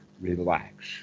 relax